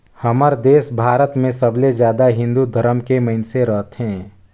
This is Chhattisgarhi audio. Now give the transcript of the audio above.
हमर देस भारत मे सबले जादा हिन्दू धरम के मइनसे रथें